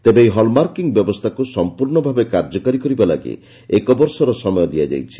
ତେବେ ଏହି ହଲମାର୍କିଂ ବ୍ୟବସ୍ରାକୁ ସମ୍ମର୍ଶ୍ର ଭାବେ କାର୍ଯ୍ୟକାରି କରିବା ଲାଗି ଏକ ବର୍ଷର ସମୟ ଦିଆଯାଇଛି